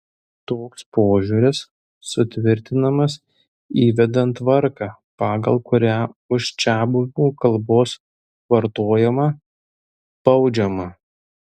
toks požiūris sutvirtinamas įvedant tvarką pagal kurią už čiabuvių kalbos vartojimą baudžiama